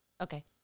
Okay